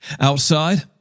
Outside